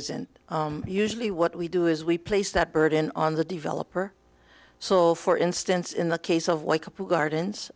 isn't usually what we do is we place that burden on the developer so for instance in the case of white couple gardens